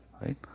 Right